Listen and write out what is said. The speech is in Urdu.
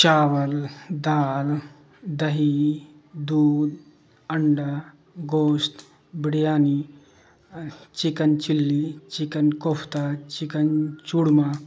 چاول دال دہی دودھ انڈا گوشت بریانی چکن چلی چکن کوفتہ چکن چوڑمہ